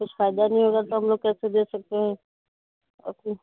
کچھ فائدہ نہیں ہوگا تو ہم لوگ کیسے دے سکتے ہیں